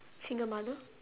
single mother